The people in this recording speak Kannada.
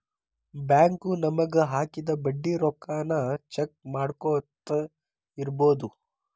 ಬ್ಯಾಂಕು ನಮಗ ಹಾಕಿದ ಬಡ್ಡಿ ರೊಕ್ಕಾನ ಚೆಕ್ ಮಾಡ್ಕೊತ್ ಇರ್ಬೊದು